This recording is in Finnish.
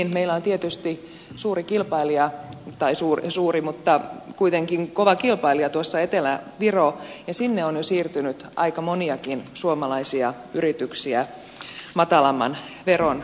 meillä on tietysti suuri kilpailija tai suuri ja suuri mutta kuitenkin kova kilpailija tuossa etelä viro ja sinne on jo siirtynyt aika moniakin suomalaisia yrityksiä matalamman veron perässä